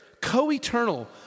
co-eternal